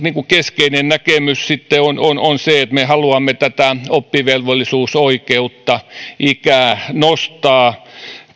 keskeinen näkemys sitten on on se että me haluamme tätä oppivelvollisuusoikeutta ikää nostaa